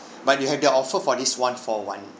but you have the offer for this one-for-one